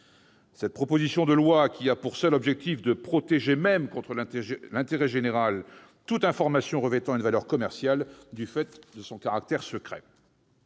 Cette proposition de loi a pour seul objectif de protéger, même contre l'intérêt général, toute information revêtant une valeur commerciale du fait de son caractère secret.